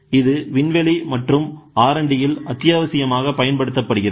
இது விண்வெளி மற்றும் R D இல் அத்தியாவசியமாக பயன்படுத்தப்படுகிறது